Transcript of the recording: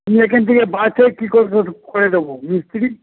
আমি এখান থেকে কি করে দেবো মিস্ত্রি